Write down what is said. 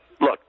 look